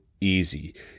easy